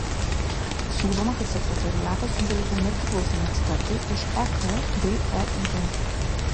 siūloma kad sekretoriatą sudarytų nepriklausomi ekspertai iš ek bei eib